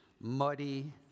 muddy